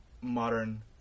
modern